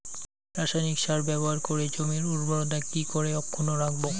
রাসায়নিক সার ব্যবহার করে জমির উর্বরতা কি করে অক্ষুণ্ন রাখবো